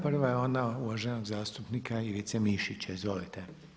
Prva je ona uvaženog zastupnika Ivice Mišića, izvolite.